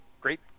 great